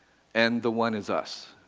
and the one is us.